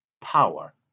power